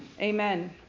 Amen